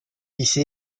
一些